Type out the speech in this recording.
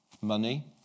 money